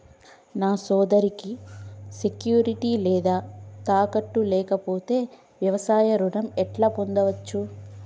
నా సోదరికి సెక్యూరిటీ లేదా తాకట్టు లేకపోతే వ్యవసాయ రుణం ఎట్లా పొందచ్చు?